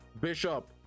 bishop